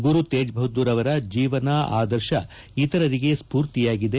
ಗುರು ತೇಜ್ ಬಹದ್ದೂರ್ ಅವರ ಜೀವನ ಅದರ್ಶ ಇತರರಿಗೆ ಸ್ಫೂರ್ತಿಯಾಗಿದೆ